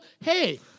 hey